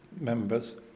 members